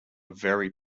very